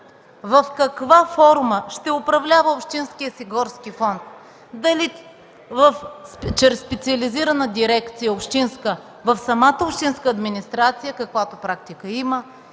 в каква форма ще управлява общинския си горски фонд – дали чрез специализирана общинска дирекция в самата общинска администрация, каквато практика има,